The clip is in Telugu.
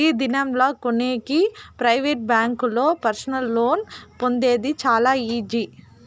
ఈ దినం లా కొనేకి ప్రైవేట్ బ్యాంకుల్లో పర్సనల్ లోన్ పొందేది చాలా ఈజీ